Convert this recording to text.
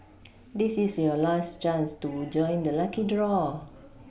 this is your last chance to join the lucky draw